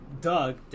Doug